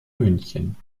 münchen